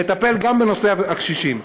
נטפל גם בנושא הקשישים.